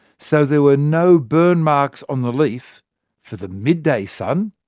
so there were no burn marks on the leaf for the midday sun.